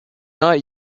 not